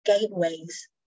gateways